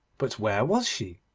but where was she?